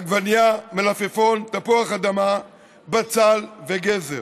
עגבנייה, מלפפון, תפוח אדמה, בצל וגזר.